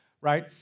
right